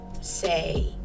Say